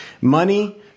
money